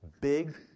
Big